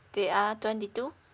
they are twenty two